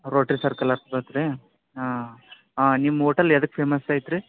rotary circle ಹತ್ತಿ ಬರ್ತಾರೀ ಹಾಂ ಹಾಂ ನಿಮ್ಮ ಹೋಟೆಲ್ ಎದಕ್ಕೆ ಫೇಮಸ್ ಐತರೀ